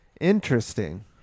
Interesting